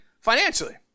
financially